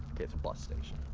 okay, it's a bus station.